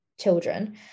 children